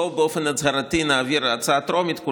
בואו באופן הצהרתי נעביר הצעה טרומית,